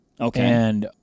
Okay